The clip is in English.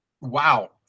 wow